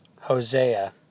Hosea